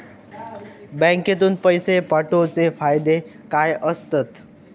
बँकेतून पैशे पाठवूचे फायदे काय असतत?